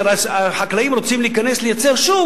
כשהחקלאים רוצים להיכנס לייצר שום,